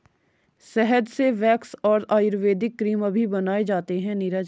शहद से वैक्स और आयुर्वेदिक क्रीम अभी बनाए जाते हैं नीरज